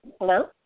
Hello